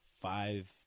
five